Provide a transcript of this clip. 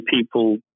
people